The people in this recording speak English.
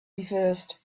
reversed